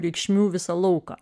reikšmių visą lauką